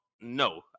No